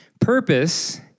Purpose